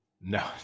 No